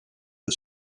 que